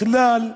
בכלל,